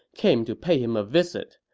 came to pay him a visit.